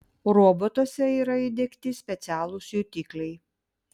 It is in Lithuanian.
robotuose yra įdiegti specialūs jutikliai